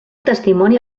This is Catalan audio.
testimoni